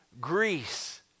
Greece